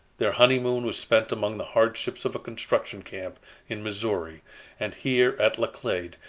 their honeymoon was spent among the hardships of a construction camp in missouri and here at laclede,